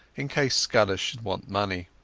in case scudder should want money,